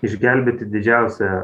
išgelbėti didžiausią